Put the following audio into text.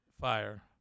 fire